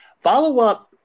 follow-up